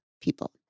people